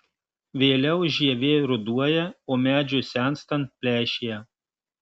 vėliau žievė ruduoja o medžiui senstant pleišėja